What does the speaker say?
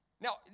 Now